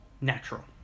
Natural